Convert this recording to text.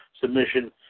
submission